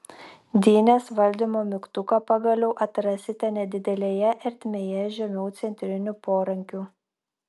dynės valdymo mygtuką pagaliau atrasite nedidelėje ertmėje žemiau centrinių porankių